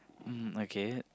mmhmm okay